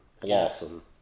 Blossom